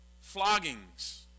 Floggings